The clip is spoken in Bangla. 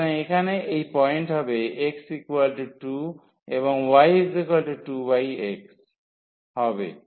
সুতরাং এখানে এই পয়েন্ট হবে x 2 এবং y 2x হবে